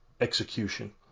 execution